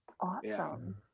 Awesome